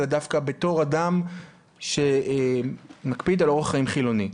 אלא דווקא בתור אדם שמקפיד על אורח חיים חילוני.